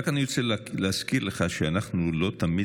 רק אני רוצה להזכיר לך שאנחנו לא תמיד